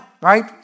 right